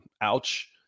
ouch